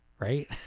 right